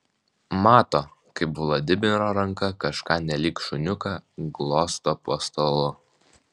mato kaip vladimiro ranka kažką nelyg šuniuką glosto po stalu